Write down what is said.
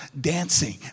dancing